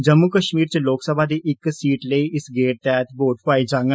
जम्मू कश्मीर च लोकसभा दी इक सीट लेई इस गेड़ तैह्त वोट पुआए जाङन